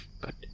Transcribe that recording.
But